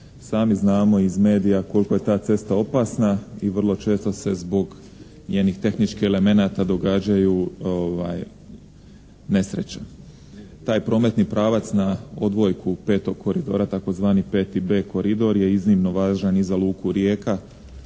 Sami znamo iz medija koliko je ta cesta opasna i vrlo često se zbog njenih tehničkih elemenata događaju nesreće. Taj prometni pravac na odvojku 5. koridora, tzv. 5B koridor, je iznimno važan i za luku Rijeka